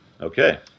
Okay